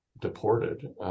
deported